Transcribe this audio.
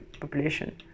population